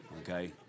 Okay